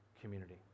community